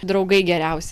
draugai geriausi